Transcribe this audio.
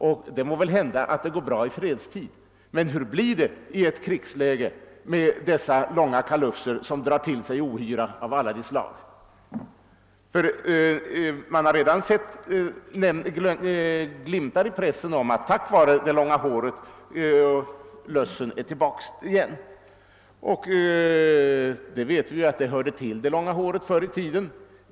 Måhända går det bra med långt hår i fredstid, men hur blir det i ett krigsläge med dessa långa kalufser som drar till sig ohyra av alla slag. Man har redan sett glimtar i pressen om att lössen är tillbaka igen till följd av det långa håret. Vi vet att löss hörde till långt hår förr i tiden.